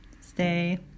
stay